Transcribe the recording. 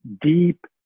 deep